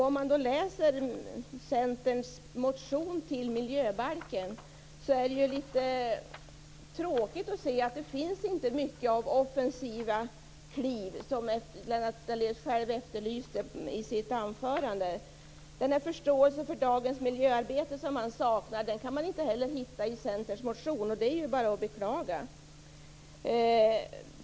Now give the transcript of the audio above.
Om man läser Centerns motion inför miljöbalken ser man att det tråkigt nog inte finns mycket av offensiva kliv, som Lennart Daléus själv efterlyste i sitt anförande. Den förståelse för dagens miljöarbete som han saknar kan man inte heller hitta i Centerns motion, och det är bara att beklaga.